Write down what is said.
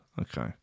Okay